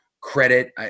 credit